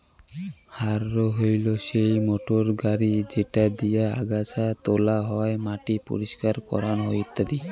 harrow হইলো সেই motor গাড়ি যেটা দিয়ে আগাছা তোলা হই, মাটি পরিষ্কার করাং হই ইত্যাদি